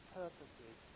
purposes